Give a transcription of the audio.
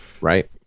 Right